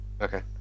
Okay